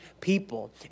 people